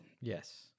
Yes